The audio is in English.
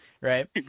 right